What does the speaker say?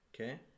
okay